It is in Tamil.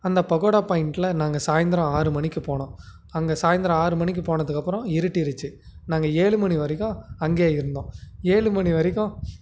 அந்த பகோடா பாயிண்டில் நாங்கள் சாயந்தரம் ஆறு மணிக்கு போனோம் அங்க சாயந்தரம் ஆறு மணிக்கு போனதுக்கப்புறம் இருட்டிடுச்சு நாங்கள் ஏழு மணி வரைக்கும் அங்கே இருந்தோம் ஏழு மணி வரைக்கும்